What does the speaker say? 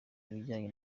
ibijyanye